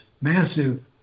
massive